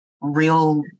real